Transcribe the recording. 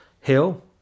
hill